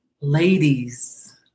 Ladies